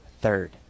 third